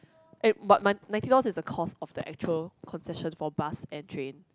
eh but my ninety dollars is the cost of the actual concession for bus and train